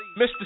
Mr